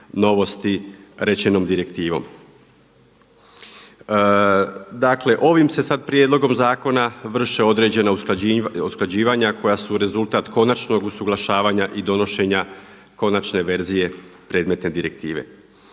novosti rečenom direktivom. Dakle, ovim se sad prijedlogom zakona vrše određena usklađivanja koja su rezultat konačnog usuglašavanja i donošenja konačne verzije predmetne direktive.